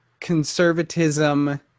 conservatism